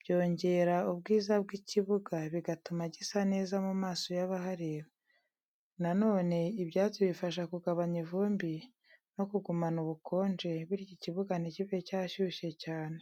Byongera ubwiza bw’ikibuga bigatuma gisa neza mu maso y’abahareba. Na none ibyatsi bifasha kugabanya ivumbi no kugumana ubukonje, bityo ikibuga ntikibe cyashyushye cyane.